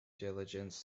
diligence